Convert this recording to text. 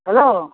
hello